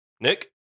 Nick